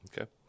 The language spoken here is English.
Okay